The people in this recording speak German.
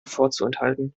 vorzuenthalten